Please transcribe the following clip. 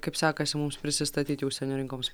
kaip sekasi mums prisistatyti užsienio rinkoms